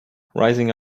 rising